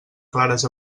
clares